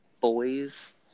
Boys